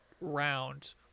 round